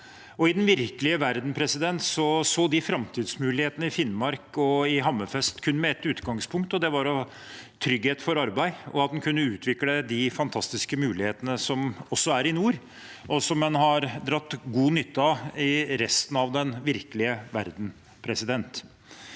i den virkelige verden så de framtidsmulighetene i Finnmark og Hammerfest kun med ett utgangspunkt, og det var trygghet for arbeid, og at en kunne utvikle de fantastiske mulighetene som også er i nord, og som en har dratt god nytte av i resten av den virkelige verden. Det